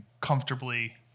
comfortably